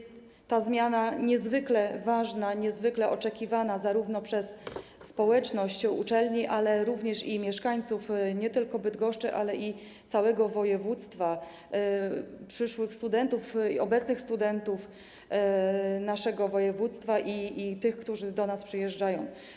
Ta zmiana jest niezwykle ważna, niezwykle oczekiwana zarówno przez społeczność uczelni, jak i przez mieszkańców nie tylko Bydgoszczy, ale i całego województwa, przyszłych studentów i obecnych studentów z naszego województwa oraz tych, którzy do nas przyjeżdżają.